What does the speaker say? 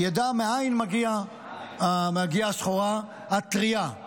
מאין מגיעה הסחורה הטרייה,